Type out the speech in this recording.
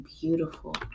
beautiful